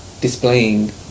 displaying